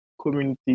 community